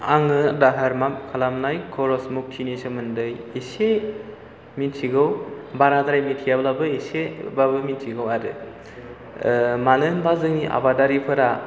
आङो दाहारमाक खालामनाय खरसमुखिनि सोमोन्दै एसे मिथिगौ बाराद्राय मिथियाब्लाबो एसेबाबो मिन्थिगौ आरो मानो होनबा जोंनि आबादारिफोरा